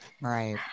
Right